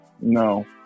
no